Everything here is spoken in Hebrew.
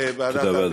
תודה רבה,